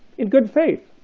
in good faith.